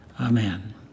Amen